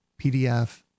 pdf